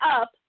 up